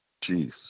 Jeez